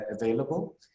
available